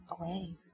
away